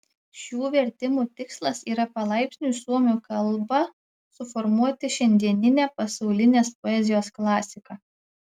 šių vertimų tikslas yra palaipsniui suomių kalba suformuoti šiandieninę pasaulinės poezijos klasiką